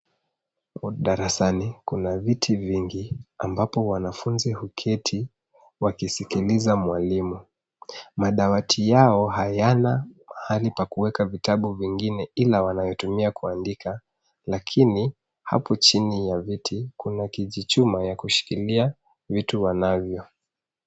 Darasani kuna viti vingi ambapo wanafunzi huketi wakisikiliza walimu. Madawati yao hayana mahali pa kuweka vitabu vingine ila wanayotumia kuandika lakini hapo chini ya viti kuna kijichuma ya kushikilia vitu wanavyo.